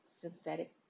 synthetic